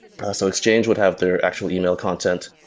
so exchange would have their actual email content,